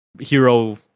Hero